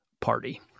party